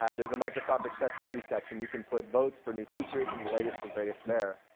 yeah there's a microsoft accessibility section. you can put votes for new features and the latest and greatest there.